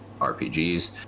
RPGs